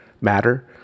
matter